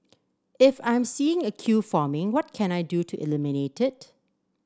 if I'm seeing a queue forming what can I do to eliminate it